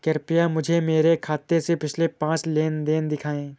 कृपया मुझे मेरे खाते से पिछले पांच लेन देन दिखाएं